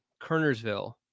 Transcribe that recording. Kernersville